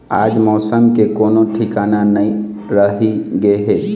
आज मउसम के कोनो ठिकाना नइ रहि गे हे